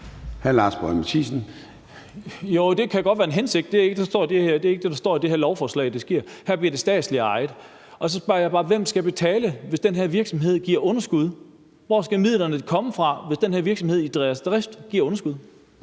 Lars Boje Mathiesen (UFG): Det kan godt være en hensigt, men det er ikke det, der står i det her lovforslag at der vil ske; her bliver det statsligt ejet. Og så spørger jeg bare: Hvem skal betale, hvis den her virksomhed giver underskud? Hvor skal midlerne komme fra, hvis den her virksomhed giver underskud